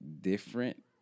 different